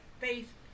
faith